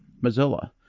Mozilla